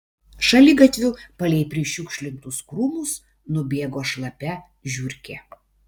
šaligatviu palei prišiukšlintus krūmus nubėgo šlapia žiurkė